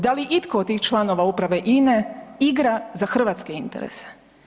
Da li itko od tih članova uprave INE igra za hrvatske interese?